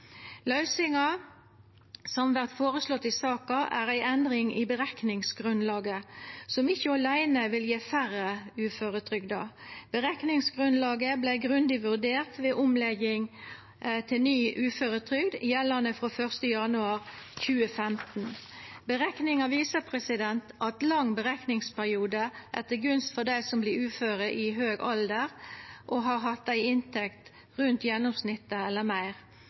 Løysinga som vert føreslått i saka, er ei endring i berekningsgrunnlaget, som ikkje aleine vil gje færre uføretrygda. Berekningsgrunnlaget vart grundig vurdert ved omlegging til ny uføretrygd, gjeldande frå 1. januar 2015. Berekninga viser at lang berekningsperiode er til gunst for dei som vert uføre i høg alder og har hatt